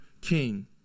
king